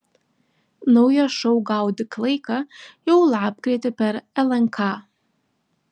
naujas šou gaudyk laiką jau lapkritį per lnk